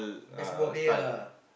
best football player lah